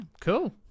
cool